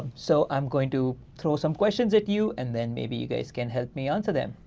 so i'm going to throw some questions at you and then maybe you guys can help me answer them.